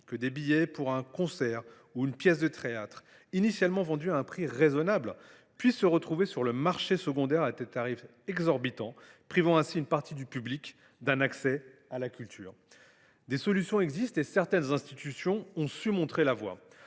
que des billets pour un concert ou une pièce de théâtre, initialement vendus à un prix raisonnable, puissent être revendus à des tarifs exorbitants sur le marché secondaire, privant ainsi une partie du public d’un accès à la culture ? Des solutions existent, et certaines institutions ont montré la voie.